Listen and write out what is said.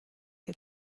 que